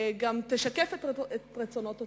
ותשקף את רצונות הציבור.